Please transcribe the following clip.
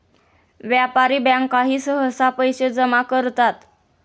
व्यापारी बँकाही सहसा पैसे जमा करतात